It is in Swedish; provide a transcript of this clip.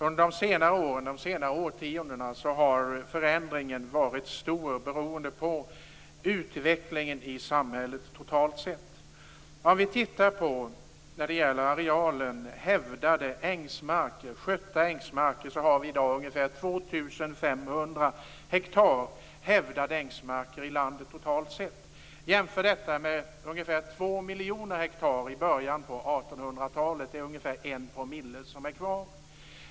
Under de senare årtiondena har förändringen varit stor beroende på utvecklingen i samhället totalt sett. Arealen hävdade, skötta, ängsmarker är i dag ungefär 2 500 hektar totalt sett i landet. Jämför detta med ungefär 2 miljoner hektar i början av 1800-talet! Det är ungefär en promille som är kvar.